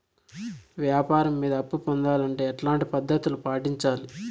వ్యాపారం మీద అప్పు పొందాలంటే ఎట్లాంటి పద్ధతులు పాటించాలి?